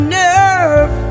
nerve